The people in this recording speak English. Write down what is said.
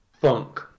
funk